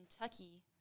Kentucky